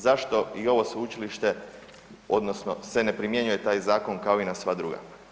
Zašto i ovo sveučilište odnosno se ne primjenjuje taj zakon kao i na sva druga?